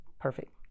perfect